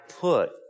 put